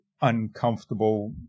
uncomfortable